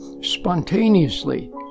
spontaneously